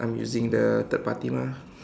I'm using the third party mah